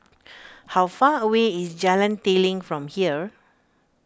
how far away is Jalan Telang from here